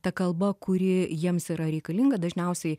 ta kalba kuri jiems yra reikalinga dažniausiai